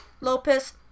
Lopez